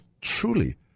truly